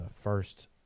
first